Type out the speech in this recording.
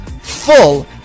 full